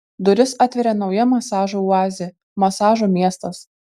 duris atveria nauja masažų oazė masažo miestas